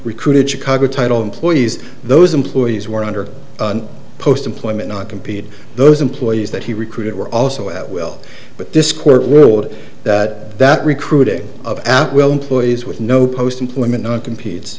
recruited chicago title employees those employees were under post employment not compete those employees that he recruited were also at will but this court ruled that that recruiting of out will employees with no post employment not competes